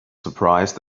surprised